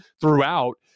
throughout